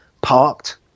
parked